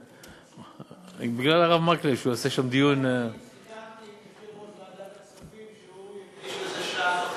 סיכמתי עם יושב-ראש ועדת הכספים שהוא יקדיש לזה שעה וחצי.